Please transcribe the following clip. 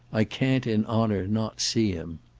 i can't in honour not see him.